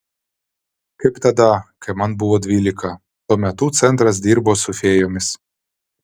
kaip tada kai man buvo dvylika tuo metu centras dirbo su fėjomis